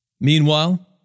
Meanwhile